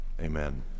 Amen